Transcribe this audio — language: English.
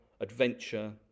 adventure